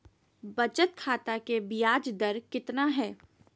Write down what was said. बचत खाता के बियाज दर कितना है?